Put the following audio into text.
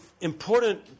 important